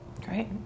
Great